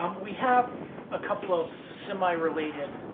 um we have a couple of semi-related